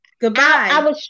Goodbye